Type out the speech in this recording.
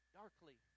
darkly